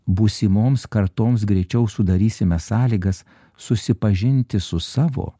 būsimoms kartoms greičiau sudarysime sąlygas susipažinti su savo